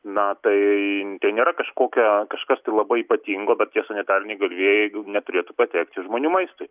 na tai tai nėra kažkokia kažkas labai ypatingo bet tie sanitariniai galvijai neturėtų patekti žmonių maistui